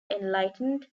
enlightened